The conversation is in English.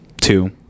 Two